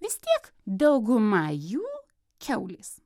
vis tiek dauguma jų kiaulės